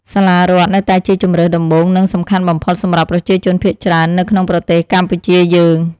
សាលារដ្ឋនៅតែជាជម្រើសដំបូងនិងសំខាន់បំផុតសម្រាប់ប្រជាជនភាគច្រើននៅក្នុងប្រទេសកម្ពុជាយើង។